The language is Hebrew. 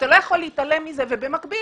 אתה לא יכול להתעלם מזה ובמקביל